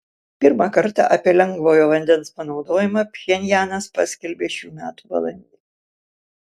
pirmą kartą apie lengvojo vandens panaudojimą pchenjanas paskelbė šių metų balandį